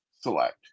select